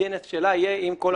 ה-DNS שלה יהיה עם כל הכתובות.